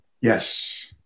Yes